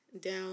down